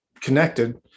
connected